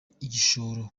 igishoro